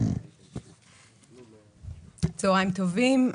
צוהריים טובים,